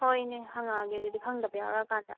ꯍꯣꯏ ꯏꯅꯦ ꯍꯪꯂꯛꯂꯒꯦ ꯑꯗꯨꯗꯤ ꯈꯪꯗꯕ ꯌꯥꯎꯔꯛꯑꯀꯥꯟꯗ